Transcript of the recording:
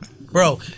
Bro